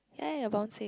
ya you're bouncing